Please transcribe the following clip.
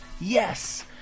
Yes